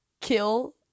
kill